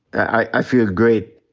i feel great.